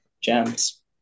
gems